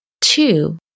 Two